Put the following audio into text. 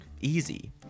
Easy